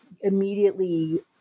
immediately